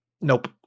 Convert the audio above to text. Nope